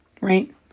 right